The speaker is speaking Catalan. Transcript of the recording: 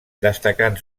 destacant